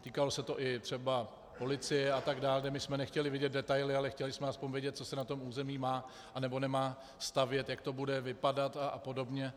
Týkalo se to třeba i policie a tak dále, kde jsme nechtěli vidět detaily, ale chtěli jsme aspoň vědět, co se na tom území má nebo nemá stavět, jak to bude vypadat a podobně.